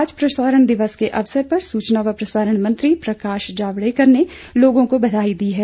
आज प्रसारण दिवस के अवसर पर सूचना और प्रसारण मंत्री प्रकाश जावड़ेकर ने लोगों को बधाई दी है